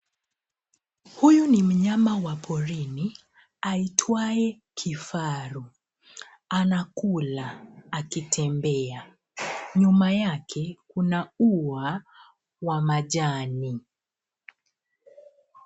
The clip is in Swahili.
Huyu ni mnyama wa porini aitwaye kifaru. Anakula akitembea. Nyuma yake kuna ua wa majani.